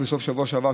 רק בסוף שבוע שעבר,